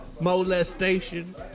molestation